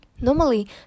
Normally